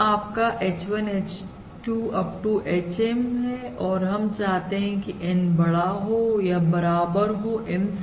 यह आपका H1 H2 up to HM और हम चाहते हैं कि N बड़ा हो या बराबर हो M से